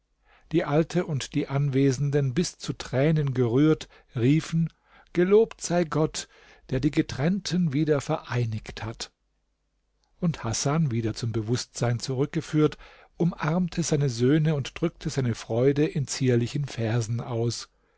die alte und die anwesenden bis zu tränen gerührt riefen gelobt sei gott der die getrennten wieder vereinigt hat und hasan wieder zum bewußtsein zurückgeführt umarmte seine söhne und drückte seine freude in zierlichen versen aus